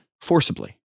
forcibly